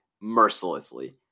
mercilessly